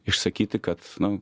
išsakyti kad nu